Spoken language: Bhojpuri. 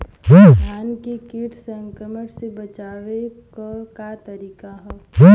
धान के कीट संक्रमण से बचावे क का तरीका ह?